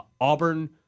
Auburn